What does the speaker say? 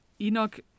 enoch